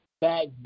back